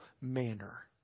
manner